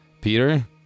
Peter